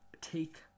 take